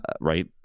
right